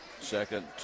Second